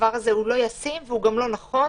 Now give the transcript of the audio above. הדבר הזה לא ישים וגם לא נכון.